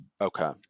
Okay